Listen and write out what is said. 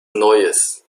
neues